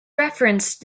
referenced